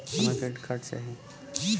हमके credit card चाही